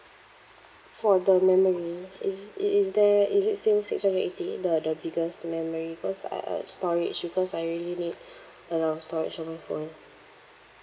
for the memory is i~ is there is it same six hundred eighty the the biggest memory cause uh uh storage because I really need a lot of storage on my phone